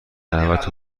دعوت